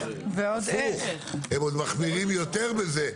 הפוך, הם עוד מחמירים יותר בזה.